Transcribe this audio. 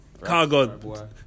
Cargo